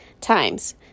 times